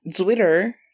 Twitter